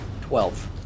Twelve